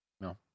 no